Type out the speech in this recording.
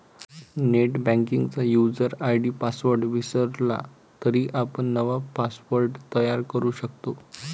नेटबँकिंगचा user ID password विसरला तरी आपण नवा पासवर्ड तयार करू शकतो